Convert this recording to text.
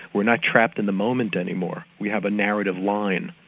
we're not trapped in the moment any more, we have a narrative line.